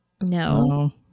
No